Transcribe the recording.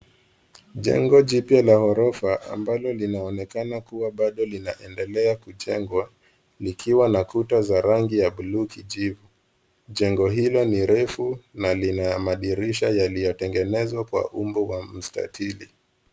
Jengo jipya la ghorofa ambalo linaonekana kuwa bado linaendelea kujengwa likiwa na kuta za rangi ya bluu kijivu. Jengo hilo ni refu na lina madirisha yaliyo tengenezwa kwa umbo la mstatili.